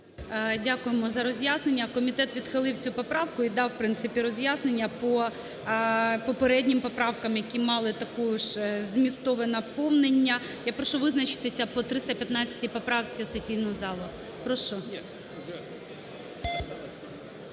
Дякуємо за роз'яснення. Комітет відхилив цю поправку і дав в принципі роз'яснення по попереднім поправкам, які мали також змістовне наповнення. Я прошу визначитися по 315-й поправці сесійну залу.